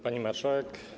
Pani Marszałek!